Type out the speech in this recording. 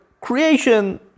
creation